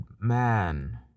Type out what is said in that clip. man